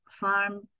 farm